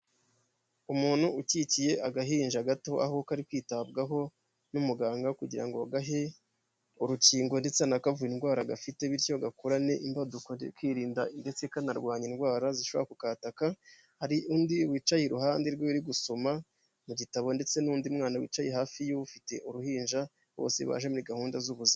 Umuntu ucikiye agahinja gato aho kari kwitabwaho n'umuganga kugira ngo agahe urukingo ndetse anakavure indwara gafite bityo gakurarane imbaduko kirinda ndetse kanarwanya indwara zishobora kukataka, hari undi wicaye iruhande rwe uri gusoma mu gitabo ndetse n'undi mwana wicaye hafi ye ufite uruhinja, bose baje muri gahunda z'ubuzima.